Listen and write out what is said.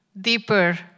deeper